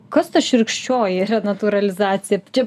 kas ta šiurkščioji renatūralizacija čia